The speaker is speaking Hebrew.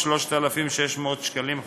3,600 ש"ח,